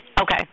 Okay